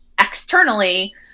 externally